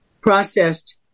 processed